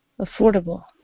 affordable